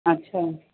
ਅੱਛਾ